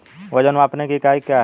वजन मापने की इकाई क्या है?